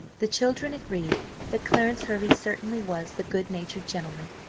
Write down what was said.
the children agreed that clarence hervey certainly was the good-natured gentleman,